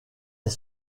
est